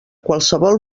qualsevol